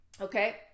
okay